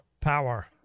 power